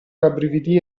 rabbrividì